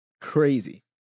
crazy